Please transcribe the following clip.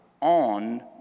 on